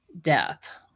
death